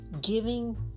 giving